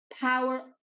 power